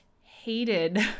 hated